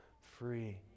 free